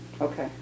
Okay